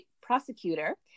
prosecutor